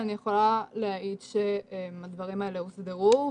אבל אני יכולה להעיד שהדברים האלה הוסדרו,